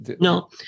No